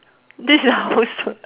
this is housework